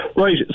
Right